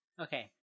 Okay